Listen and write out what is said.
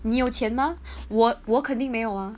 你有钱吗我我肯定没有 ah